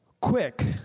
quick